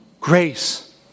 Grace